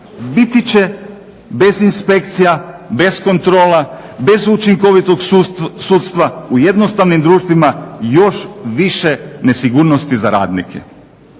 Biti će bez inspekcija, bez kontrola, bez učinkovitog sudstva u jednostavnim društvima još više nesigurnosti za radnike.